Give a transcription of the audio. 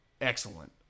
excellent